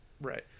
Right